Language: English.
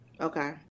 Okay